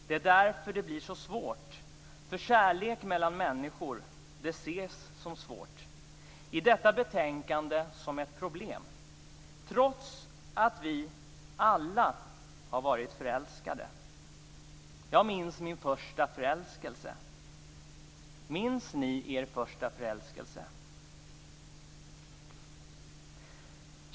Det är därför det blir så svårt, för kärlek mellan människor ses som svårt i detta betänkande, som ett problem, trots att vi alla har varit förälskade. Jag minns min första förälskelse. Minns ni er första förälskelse?